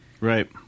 Right